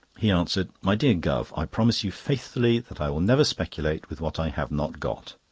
he answered my dear guv, i promise you faithfully that i will never speculate with what i have not got.